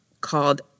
called